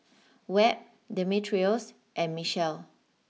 Webb Demetrios and Mechelle